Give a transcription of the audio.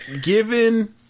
Given